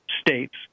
states